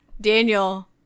Daniel